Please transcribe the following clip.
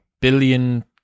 billion